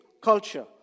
culture